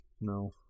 No